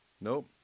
nope